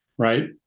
Right